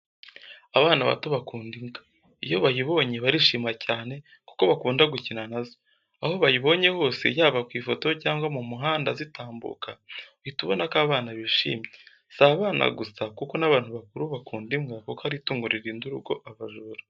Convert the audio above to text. Abana bato bakunda imbwa, iyo bayibonye barishima cyane kuko bakunda gukina na zo. Aho bayibonye hose yaba ku ifoto, cyangwa mu muhanda zitambuka, uhita ubona ko abana bishimye. Si abana gusa kuko n'abantu bakuru bakunda imbwa kuko ari itungo ririnda urugo abajura.